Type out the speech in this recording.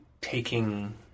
Taking